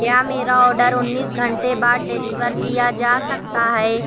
کیا میرا آرڈر انیس گھنٹے بعد ڈیلیور کیا جا سکتا ہے